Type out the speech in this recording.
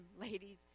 ladies